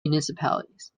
municipalities